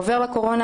עובר לקורונה,